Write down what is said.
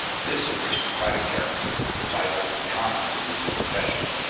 this aristocratic character, which i hold to be common to the legal profession,